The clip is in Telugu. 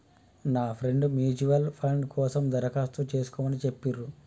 నా ఫ్రెండు ముచ్యుయల్ ఫండ్ కోసం దరఖాస్తు చేస్కోమని చెప్పిర్రు